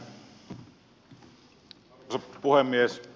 arvoisa puhemies